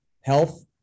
health